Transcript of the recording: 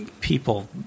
people